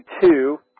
two